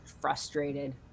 frustrated